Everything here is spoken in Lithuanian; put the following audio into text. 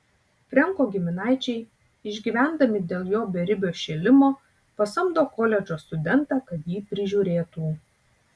frenko giminaičiai išgyvendami dėl jo beribio šėlimo pasamdo koledžo studentą kad jį prižiūrėtų